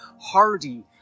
hardy